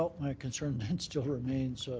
my concern and still remains,